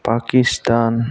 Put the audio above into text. Pakistan